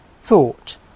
thought